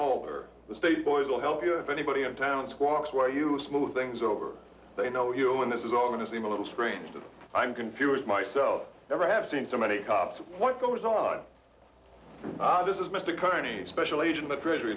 or the state boys will help you if anybody in town squawks why you smooth things over they know you and this is all going to seem a little strange that i'm confused myself never have seen so many cops what goes on this is mr carney special agent the treasury